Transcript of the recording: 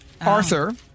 Arthur